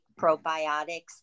probiotics